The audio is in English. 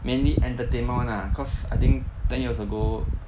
mainly entertainment [one] lah cause I think ten years ago